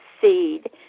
seed